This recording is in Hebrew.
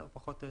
תוך כדי